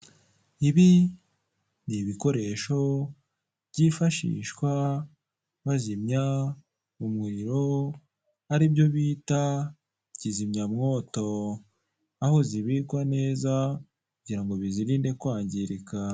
Ibi ni ibikoresho byifashishwa bazimya umuriro aribyo bita kizimyamwoto, aho zibikwa neza kugira ngo bizirinde kwangirika.